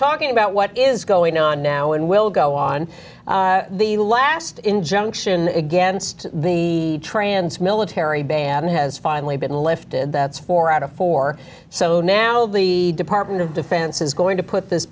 talking about what is going on now and will go on the last injunction against the trans military ban has finally been lifted that's four out of four so now the department of defense is going to put this